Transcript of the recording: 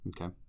Okay